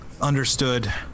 Understood